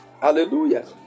Hallelujah